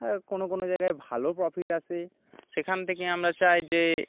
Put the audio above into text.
আর কোনো কোনো জায়গায় ভালো প্রফিট আসে সেখান থেকে আমরা চাই যে